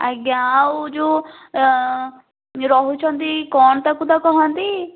ଆଜ୍ଞା ଆଉ ଯେଉଁ ରହୁଛନ୍ତି କ'ଣ ତାକୁ ତ କହନ୍ତି